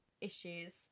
issues